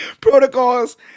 protocols